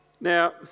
Now